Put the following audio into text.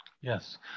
Yes